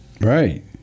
Right